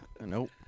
Nope